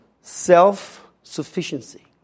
self-sufficiency